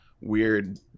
weird